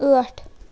ٲٹھ